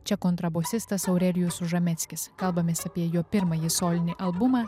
čia kontrabosistas aurelijus užameckis kalbamės apie jo pirmąjį solinį albumą